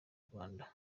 rwanda